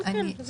זה נכון.